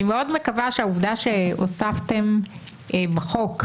אני מאוד מקווה שהעובדה שהוספתם בחוק,